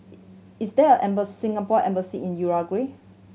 is there a Singapore Embassy in Uruguay